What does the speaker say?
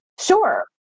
Sure